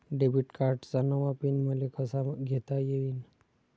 Debit कार्डचा नवा PIN मले कसा घेता येईन?